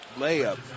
layup